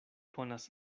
konas